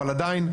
אבל עדיין,